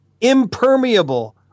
impermeable